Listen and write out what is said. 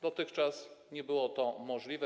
Dotychczas nie było to możliwe.